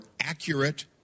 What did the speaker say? accurate